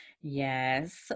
yes